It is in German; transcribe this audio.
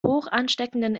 hochansteckenden